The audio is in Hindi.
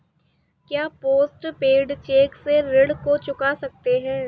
क्या पोस्ट पेड चेक से ऋण को चुका सकते हैं?